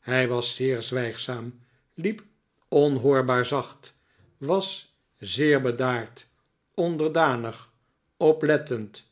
hij was zeer zwijgzaam hep onhoorbaar zacht was zeer bedaard onderdanig oplettend